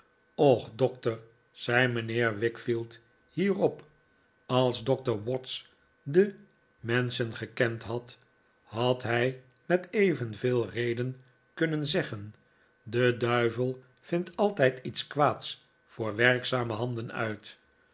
och doctor zei mijnheer wickfield hierop als doctor watts de menschen gekend had had hij met evenveel reden kunnen zeggen de duivel vindt altijd iets kwaads voor werkzame handen uit